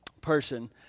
person